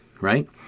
right